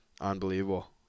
unbelievable